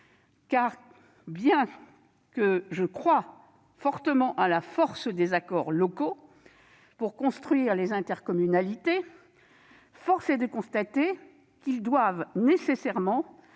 car, bien que je croie fortement à la force des accords locaux pour construire les intercommunalités, force est de constater que ces derniers doivent nécessairement